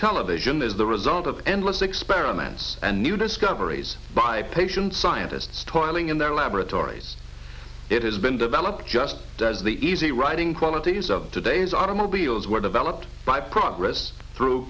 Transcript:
television is the result of endless experiments and new discoveries by patient scientists toiling in their laboratories it has been developed just does the easy writing qualities of today's automobiles were developed by progress through